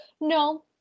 No